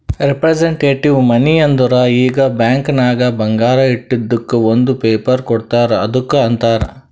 representative money ಅಂದುರ್ ಈಗ bank ನಾಗ್ ಬಂಗಾರ ಇಟ್ಟಿದುಕ್ ಒಂದ್ ಪೇಪರ್ ಕೋಡ್ತಾರ್ ಅದ್ದುಕ್ ಅಂತಾರ್